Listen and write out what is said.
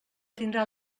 tindrà